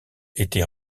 était